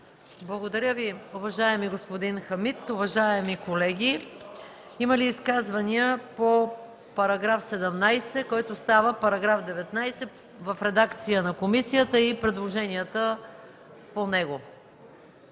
Благодаря Ви, уважаеми господин Хамид. Уважаеми колеги, има ли изказвания по § 17, който става § 19 в редакция на комисията и предложенията по него? Няма.